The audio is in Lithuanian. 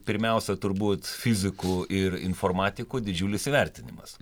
pirmiausia turbūt fizikų ir informatikų didžiulis įvertinimas